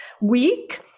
week